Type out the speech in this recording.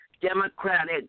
Democratic